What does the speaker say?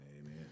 Amen